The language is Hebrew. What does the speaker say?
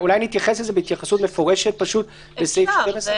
אולי נתייחס לזה בהתייחסות מפורשת פשוט בסעיף 12. אפשר.